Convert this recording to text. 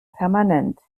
permanent